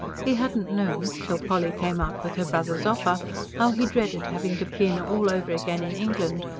he had not known till polly came out with her brother's offer how he dreaded having to begin all over again in england,